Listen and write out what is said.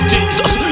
Jesus